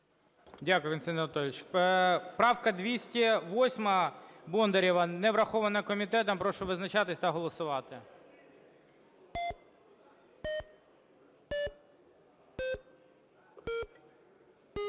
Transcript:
Дякую, Костянтин Анатолійович. Правка 208 Бондарєва не врахована комітетом. Прошу визначатися та голосувати.